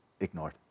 Ignored